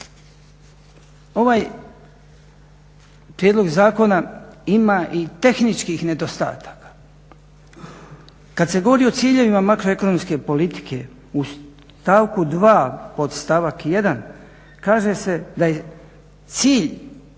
ovaj prijedlog zakona ima i tehničkih nedostataka? Kad se govori o ciljevima makroekonomske politike u stavku 2. podstavak 1. kaže se da je cilj